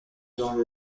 dans